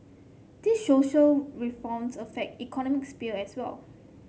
these social reforms affect economic sphere as well